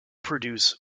produce